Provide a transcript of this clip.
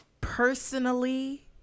personally